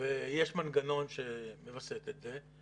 ויש מנגנון שמווסת את זה.